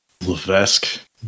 Levesque